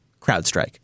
CrowdStrike